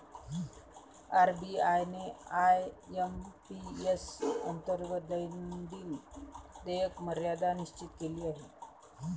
RBI ने IMPS अंतर्गत दैनंदिन देयक मर्यादा निश्चित केली आहे